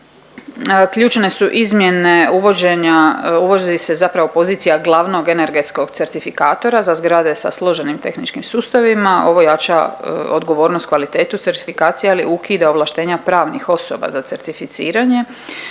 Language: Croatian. ključne su izmjene uvođenja, uvodi se zapravo pozicija glavnog energetskog certifikatora za zgrade sa složenim tehničkim sustavima. Ovo jača odgovornost, kvalitetu certifikacije ali ukida ovlaštenja pravnih osoba za certificiranje.